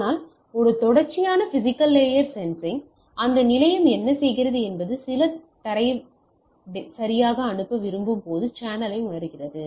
ஆனால் ஒரு தொடர்ச்சியான பிஸிக்கல் கேரியர் சென்சிங் அந்த நிலையம் என்ன செய்கிறது என்பது சில தரவை சரியாக அனுப்ப விரும்பும் போது சேனலை உணர்கிறது